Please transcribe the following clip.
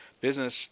business